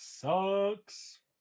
sucks